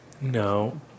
No